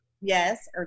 yes